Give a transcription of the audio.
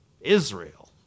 Israel